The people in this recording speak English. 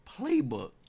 playbook